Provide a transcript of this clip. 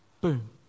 Boom